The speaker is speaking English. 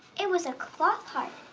it was a cloth heart,